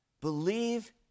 Believe